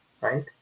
right